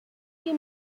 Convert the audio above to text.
you